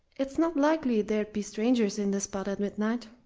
it's not likely there'd be strangers in this spot at midnight.